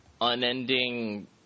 unending